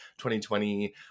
2020